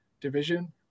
division